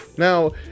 Now